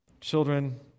Children